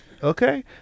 Okay